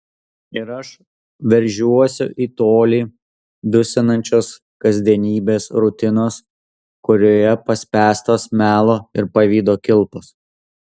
ir aš veržiuosi į tolį dusinančios kasdienybės rutinos kurioje paspęstos melo ir pavydo kilpos